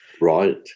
Right